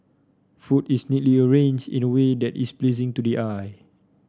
food is neatly arranged in a way that is pleasing to the eye